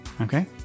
Okay